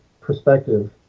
perspective